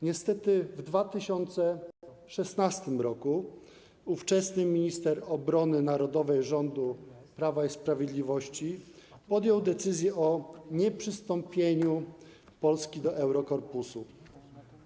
Niestety w 2016 r. ówczesny minister obrony narodowej rządu Prawa i Sprawiedliwości podjął decyzję o nieprzystąpieniu Polski do Eurokorpusu.